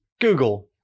Google